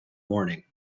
morning